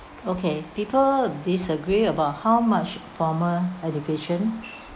okay people disagree about how much formal education